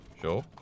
Sure